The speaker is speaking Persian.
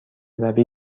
روی